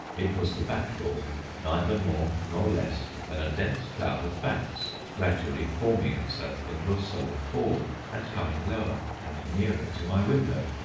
it was the bat-ball neither more nor less than a dense cloud of bats, gradually forming itself into a solid ball, and coming lower, and nearer to my window.